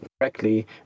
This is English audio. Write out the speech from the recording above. correctly